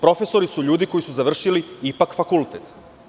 Profesori su ljudi koji su završili fakultet.